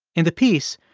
in the piece,